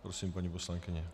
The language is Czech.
Prosím, paní poslankyně.